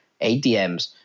ATMs